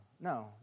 no